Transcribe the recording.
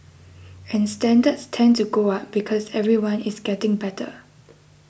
and standards tend to go up because everyone is getting better